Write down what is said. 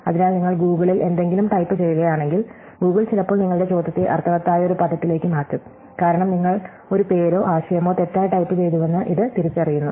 അതിനാൽ നിങ്ങൾ ഗൂഗിളിൽ എന്തെങ്കിലും ടൈപ്പുചെയ്യുകയാണെങ്കിൽ ഗൂഗിൾ ചിലപ്പോൾ നിങ്ങളുടെ ചോദ്യത്തെ അർത്ഥവത്തായ ഒരു പദത്തിലേക്ക് മാറ്റും കാരണം നിങ്ങൾ ഒരു പേരോ ആശയമോ തെറ്റായി ടൈപ്പുചെയ്തുവെന്ന് ഇത് തിരിച്ചറിയുന്നു